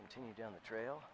continue down the trail